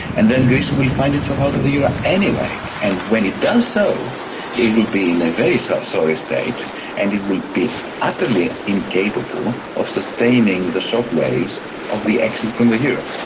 and then greece will find itself out of the euro anyway, and when it does so it will be in a very so sorry state and it will be utterly incapable of sustaining the shockwaves of the exit from the euro.